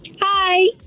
Hi